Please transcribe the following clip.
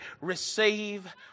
receive